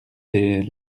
des